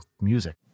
music